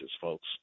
folks